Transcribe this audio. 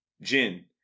Jin